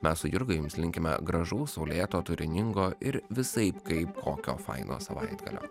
mes su jurga jums linkime gražaus saulėto turiningo ir visaip kaip kokio faino savaitgalio